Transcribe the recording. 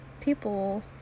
people